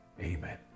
amen